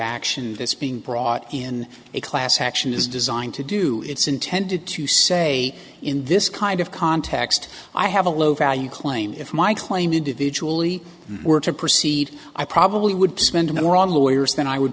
action that's being brought in a class action is designed to do it's intended to say in this kind of context i have a low value claim if my claim individually were to proceed i probably would spend more on lawyers than i would